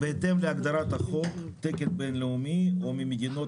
בהתאם להגדרת החוק תקן בינלאומי או ממדינות